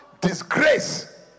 disgrace